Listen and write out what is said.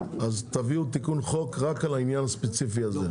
תביאו תיקון חוק רק על העניין הספציפי הזה.